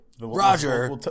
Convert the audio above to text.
roger